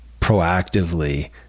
proactively